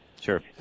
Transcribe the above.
Sure